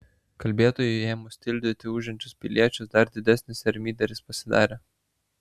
kalbėtojui ėmus tildyti ūžiančius piliečius dar didesnis ermyderis pasidarė